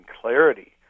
clarity